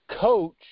coach